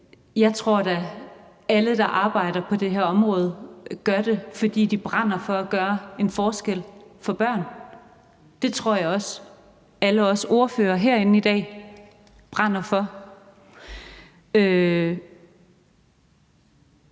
Jeg tror da, at alle, der arbejder på det her område, gør det, fordi de brænder for at gøre en forskel for børn. Det tror jeg også alle os ordførere herinde i dag brænder for.